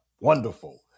Wonderful